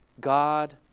god